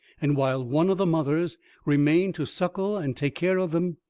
and while one of the mothers remained to suckle and take care of them,